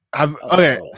Okay